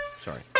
sorry